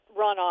runoff